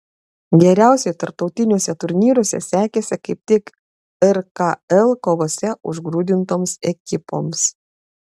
geriausiai tarptautiniuose turnyruose sekėsi kaip tik rkl kovose užgrūdintoms ekipoms